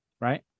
right